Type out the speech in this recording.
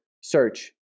search